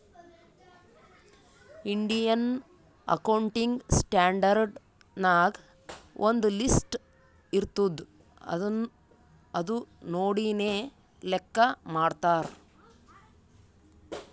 Indian accounting standard ನಾಗ್ ಒಂದ್ list ಇರ್ತುದ್ ಅದು ನೋಡಿನೇ ಲೆಕ್ಕಾ ಮಾಡ್ತಾರ್